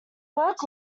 work